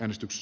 äänestys